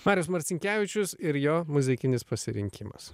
marius marcinkevičius ir jo muzikinis pasirinkimas